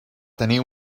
tenir